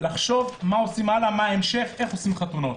לחשוב מה עושים הלאה, מה ההמשך, איך עושים חתונות.